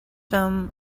film